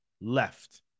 left